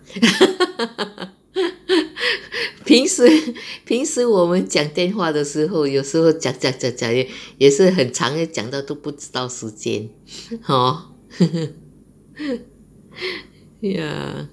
平时平时我们讲电话的时候有时候讲讲讲讲也是很长讲到都不知道时间 hor